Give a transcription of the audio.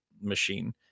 machine